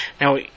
Now